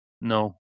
no